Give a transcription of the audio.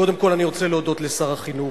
קודם כול, אני רוצה להודות לשר החינוך.